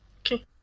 Okay